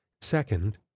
Second